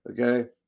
Okay